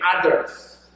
others